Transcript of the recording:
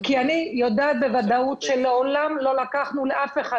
כי אני יודעת בוודאות שמעולם לא לקחנו מאף אחד